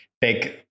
big